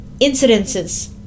incidences